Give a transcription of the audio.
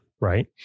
right